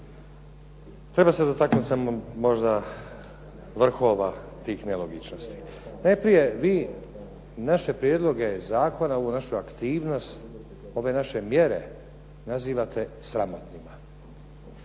treba se dotaknuti možda samo vrhova tih nelogičnosti. Najprije vi naše prijedloge zakona, ovu našu aktivnost, ove naše mjere nazivate sramotnima,